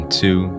two